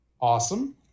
Awesome